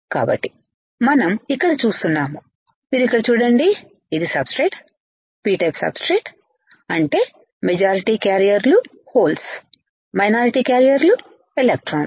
కాబట్టి మనం ఇక్కడ చూస్తున్నాము మీరు ఇక్కడ చూడండి ఇది సబ్స్ట్రేట్ P టైప్ సబ్స్ట్రేట్ అంటే మెజారిటీ క్యారియర్లు హోల్స్ మైనారిటీ క్యారియర్లు ఎలక్ట్రాన్లు